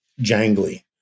jangly